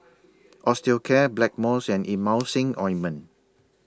Osteocare Blackmores and Emulsying Ointment